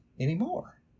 anymore